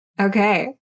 Okay